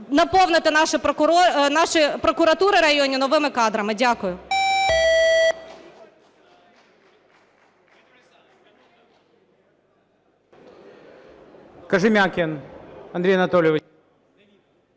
наповнити наші прокуратури районні новими кадрами. Дякую.